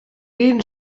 den